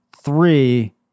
three